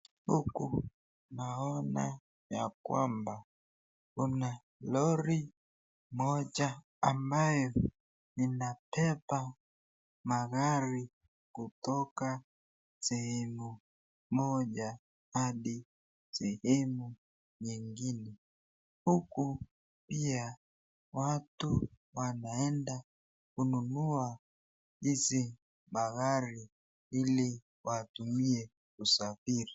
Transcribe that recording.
Huku naona ya kwamba kuna lori moja la ambaye linabeba magari kutoka sehemu moja hadi sehemu nyingine. Huku pia watu wanaenda kununua hizi magari ili watumie kwa usafiri.